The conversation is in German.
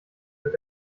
wird